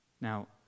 Now